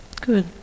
Good